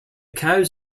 cows